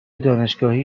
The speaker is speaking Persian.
دانشگاهی